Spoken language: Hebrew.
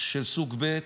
של סוג ב'